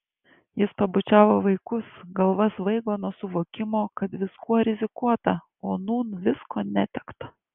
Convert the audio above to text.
jis pabučiavo vaikus galva svaigo nuo suvokimo kad viskuo rizikuota o nūn visko netekta